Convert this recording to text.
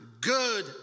good